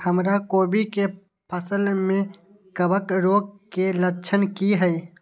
हमर कोबी के फसल में कवक रोग के लक्षण की हय?